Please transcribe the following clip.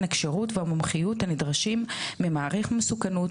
הכשירות והמומחיות הנדרשים ממעריך מסוכנות,